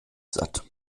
satt